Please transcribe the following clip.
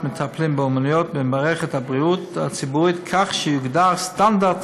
מטפלים באומנויות במערכת הבריאות הציבורית כך שיוגדר סטנדרט